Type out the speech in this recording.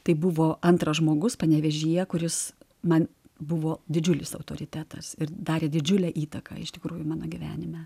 tai buvo antras žmogus panevėžyje kuris man buvo didžiulis autoritetas ir darė didžiulę įtaką iš tikrųjų mano gyvenime